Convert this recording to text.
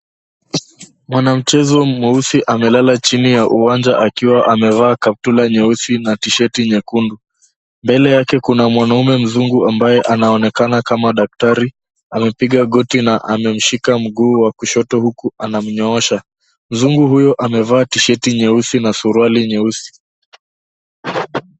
Mwanamchezo mweusi amelala chini ya uwanja akiwa amevaa kaptula nyeusi na tisheti nyekundu. Mbele yake kuna mwanaume mzungu ambaye anaonekana kama daktari amepiga goti na amemshika mguu wa kushoto huku anamnyoosha. Mzungu huyu amevaa tisheti nyeusi na suruali nyeusi.